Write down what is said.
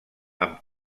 amb